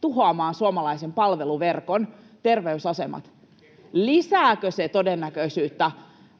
tuhoamaan suomalaisen palveluverkon, terveysasemat? Lisääkö se todennäköisyyttä